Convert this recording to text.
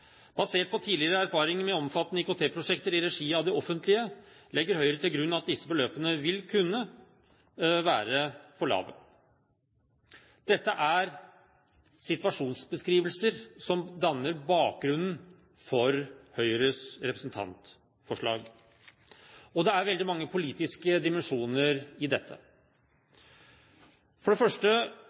Basert på tidligere erfaringer med omfattende IKT-prosjekter i regi av det offentlige legger Høyre til grunn at disse beløpene vil kunne være for lave. Dette er situasjonsbeskrivelser som danner bakgrunnen for Høyres representantforslag, og det er veldig mange politiske dimensjoner i dette. For det første